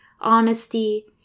honesty